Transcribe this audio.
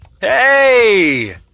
Hey